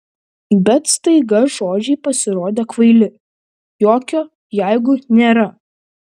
bet staiga žodžiai pasirodė kvaili jokio jeigu nėra